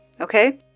okay